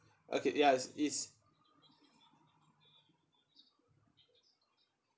okay ya it's